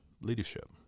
leadership